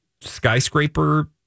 skyscraper